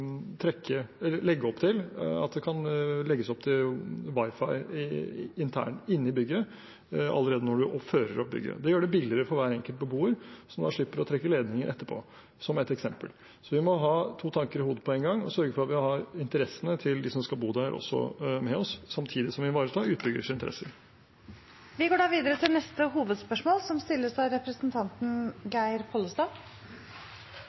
kan legges inn Wi-Fi i bygget. Det gjør det billigere for hver enkelt beboer, som da slipper å trekke ledninger etterpå – som et eksempel. Vi må ha to tanker i hodet på én gang og sørge for at vi har interessene til dem som skal bo der, med oss, samtidig som vi ivaretar utbyggerens interesser. Vi går videre til neste hovedspørsmål. Mitt spørsmål går til næringsministeren. Norsk eigarskap er eit viktig mål for Senterpartiet. Me meiner at eigarskapet betyr noko, og at korleis bedriftene opptrer, vert påverka av